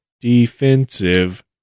defensive